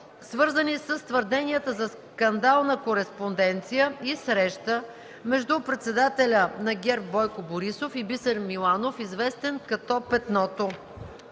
свързани с твърденията за скандална кореспонденция и среща между председателя на ГЕРБ Бойко Борисов и Бисер Миланов, известен като Петното.